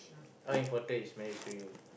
how important is marriage to you